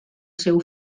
seu